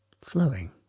flowing